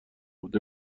بود